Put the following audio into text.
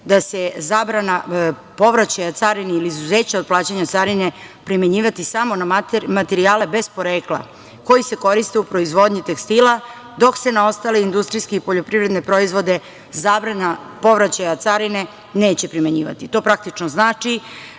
da se zabrana povraćaja carini ili izuzeća od plaćanja carine primenjivati samo na materijale bez porekla koji se koriste u proizvodnji tekstila dok se na ostale industrijske i poljoprivredne proizvode zabrana povraćaja carine neće primenjivati. To praktično znači